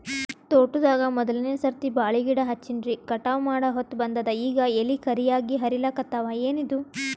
ತೋಟದಾಗ ಮೋದಲನೆ ಸರ್ತಿ ಬಾಳಿ ಗಿಡ ಹಚ್ಚಿನ್ರಿ, ಕಟಾವ ಮಾಡಹೊತ್ತ ಬಂದದ ಈಗ ಎಲಿ ಕರಿಯಾಗಿ ಹರಿಲಿಕತ್ತಾವ, ಏನಿದು?